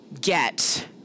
get